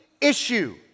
issue